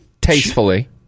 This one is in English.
Tastefully